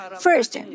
First